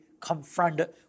confronted